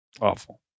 awful